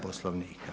Poslovnika.